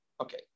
Okay